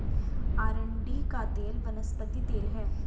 अरंडी का तेल वनस्पति तेल है